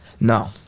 No